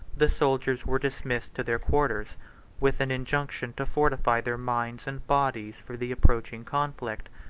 the soldiers were dismissed to their quarters with an injunction to fortify their minds and bodies for the approaching conflict,